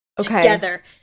together